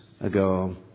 ago